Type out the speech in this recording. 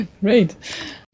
Great